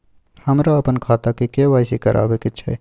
हमरा अपन खाता के के.वाई.सी करबैक छै